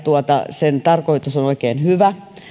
sen tarkoitus on oikein hyvä